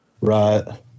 right